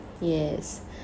Yes